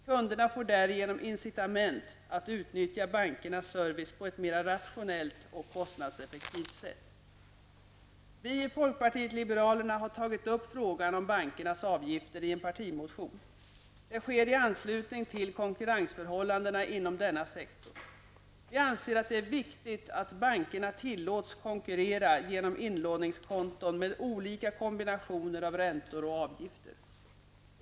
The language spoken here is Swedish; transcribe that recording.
Kunderna får därigenom incitament att utnyttja bankernas service på ett mera rationellt och kostnadseffektivt sätt. Vi i folkpartiet liberalerna har tagit upp frågan om bankernas avgifter i en partimotion. Det sker i anslutning till konkurrensförhållandena inom denna sektor. Vi anser att det är viktigt att bankerna tillåts konkurrera genom inlåningskonton med olika kombinationer av räntor och avgifter.